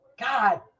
God